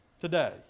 today